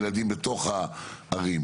ילדים בתוך הערים.